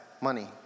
money